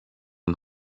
und